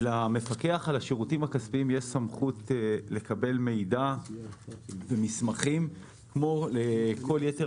למפקח על השירותים הכספיים יש סמכות לקבל מידע במסמכים כמו לכל יתר